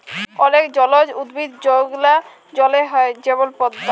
অলেক জলজ উদ্ভিদ যেগলা জলে হ্যয় যেমল পদ্দ